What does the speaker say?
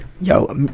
Yo